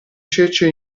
cece